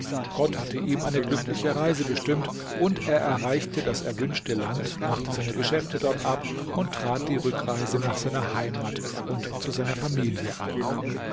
gott hatte ihm eine glückliche reise bestimmt und er erreichte das erwünschte land machte seine geschäfte dort ab und trat die rückreise nach seiner heimat und zu seiner familie an